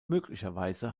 möglicherweise